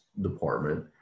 department